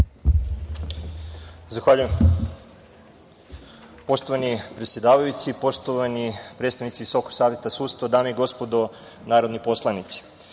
Zahvaljujem. Poštovani predsedavajući, poštovani predstavnici Viskog saveta sudstva, dame gospodo narodni poslanici,